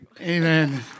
Amen